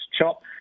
chop